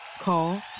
Call